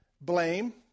blame